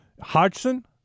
Hodgson